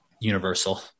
universal